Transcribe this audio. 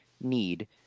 need